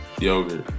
Yogurt